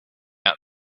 out